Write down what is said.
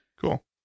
Cool